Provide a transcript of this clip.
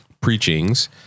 preachings